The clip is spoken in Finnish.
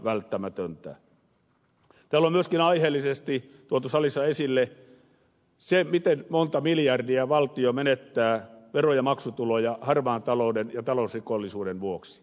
täällä on myöskin aiheellisesti tuotu salissa esille se miten monta miljardia valtio menettää vero ja maksutuloja harmaan talouden ja talousrikollisuuden vuoksi